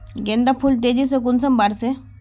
गेंदा फुल तेजी से कुंसम बार से?